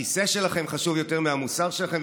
הכיסא שלכם חשוב יותר מהמוסר שלכם,